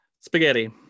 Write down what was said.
Spaghetti